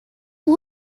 are